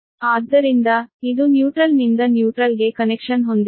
ಆದ್ದರಿಂದ ಇದು ನ್ಯೂಟ್ರಲ್ ನಿಂದ ನ್ಯೂಟ್ರಲ್ ಗೆ ಕನೆಕ್ಷನ್ ಹೊಂದಿದೆ